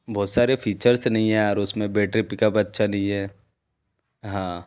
बहुत सारे फीचर्स नहीं है यार उस में बैटरी पिकअप अच्छा नहीं है हाँ